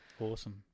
Awesome